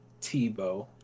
Tebow